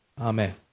Amen